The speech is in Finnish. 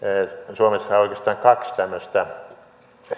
suomessahan on oikeastaan kaksi tämmöistä